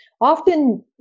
Often